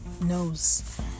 knows